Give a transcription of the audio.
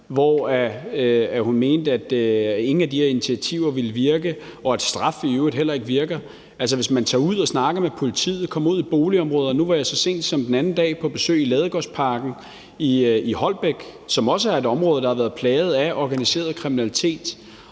hvor hun mente, at ingen af de her initiativer ville virke, og at straf i øvrigt heller ikke virker. Altså, man kan tage ud og snakke med politiet og komme ud i boligområder. Nu var jeg så sent som den anden dag på besøg i Ladegårdsparken i Holbæk, som også er et område, der har været plaget af organiseret kriminalitet.